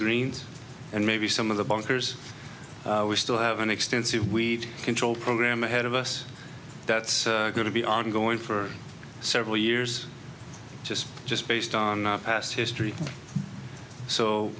greens and maybe some of the bunkers we still have an extensive we've controlled program ahead of us that's going to be ongoing for several years just just based on our past history